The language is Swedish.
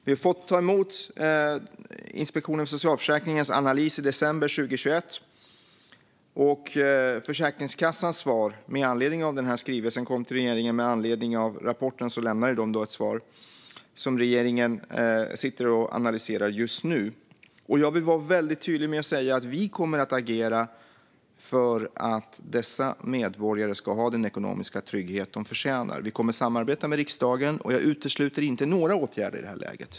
Vi fick ta emot analysen från Inspektionen för socialförsäkringen i december 2021, och Försäkringskassan lämnade med anledning av rapporten ett svar som regeringen sitter och analyserar just nu. Jag vill vara väldigt tydlig; vi kommer att agera för att dessa medborgare ska ha den ekonomiska trygghet de förtjänar. Vi kommer att samarbeta med riksdagen. Jag utesluter inte några åtgärder i det här läget.